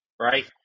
Right